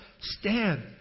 stand